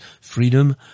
freedom